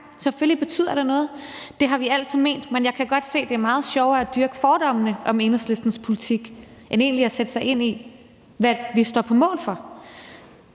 Selvfølgelig betyder det noget. Det har vi altid ment, men jeg kan godt se, at det er meget sjovere at dyrke fordommene om Enhedslistens politik end egentlig at sætte sig ind i, hvad vi står på mål for.